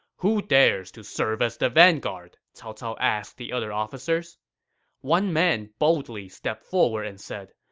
who dares to serve as the vanguard? cao cao asked the other officers one man boldly stepped forward and said,